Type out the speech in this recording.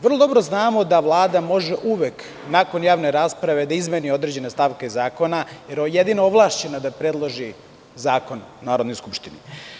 Vrlo dobro znamo da Vlada može uvek nakon javne rasprave da izmeni određene stavke zakona, jer je jedina ovlašćena da predloži zakon Narodnoj skupštini.